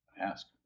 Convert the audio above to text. Ask